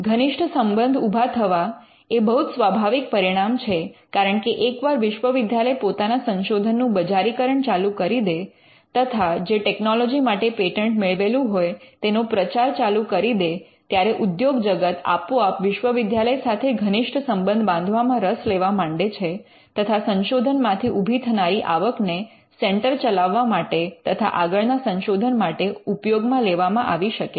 ઘનિષ્ઠ સંબંધ ઉભા થવા એ બહુ જ સ્વાભાવિક પરિણામ છે કારણ કે એકવાર વિશ્વવિદ્યાલય પોતાના સંશોધનનું બજારીકરણ ચાલુ કરી દે તથા જે ટેકનોલોજી માટે પેટન્ટ મેળવેલું હોય તેનો પ્રચાર ચાલુ કરી દે ત્યારે ઉદ્યોગજગત આપોઆપ વિશ્વવિદ્યાલય સાથે ઘનિષ્ઠ સંબંધ બાંધવામાં રસ લેવા માંડે છે તથા સંશોધન માંથી ઉભી થનારી આવક ને સેન્ટર ચલાવવા માટે તથા આગળના સંશોધન માટે ઉપયોગમાં લેવામાં આવી શકે છે